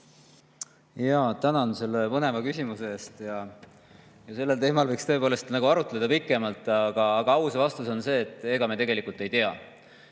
öelda. Tänan selle põneva küsimuse eest! Sellel teemal võiks tõepoolest arutleda pikemalt. Aus vastus on see, et ega me tegelikult ei tea.